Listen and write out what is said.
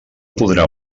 podrà